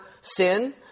sin